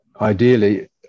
ideally